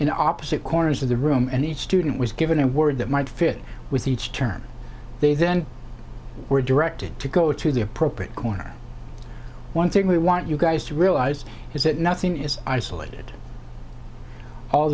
in opposite corners of the room and each student was given a word that might fit with each term they then were directed to go to the appropriate corner one thing we want you guys to realize is that nothing is isolated all